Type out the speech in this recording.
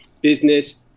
business